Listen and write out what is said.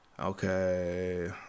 Okay